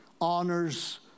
honors